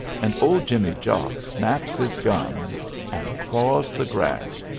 and old jimmy jocks snaps his gums and claws the grass,